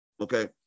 okay